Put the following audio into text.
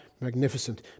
magnificent